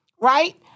right